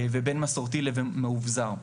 לבין מסורתי לבין מאובזר.